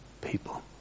people